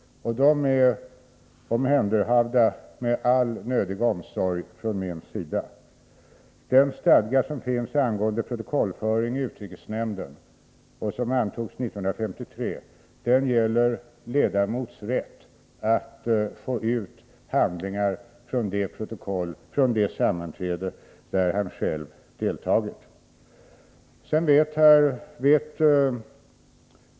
De är omhänderhavda med all nödig omsorg från min sida. Den stadga som finns angående protokollföring i utrikesnämnden — antagen 1953 — gäller ledamots rätt att få ut handlingar från det sammanträde där han själv deltagit.